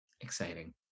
exciting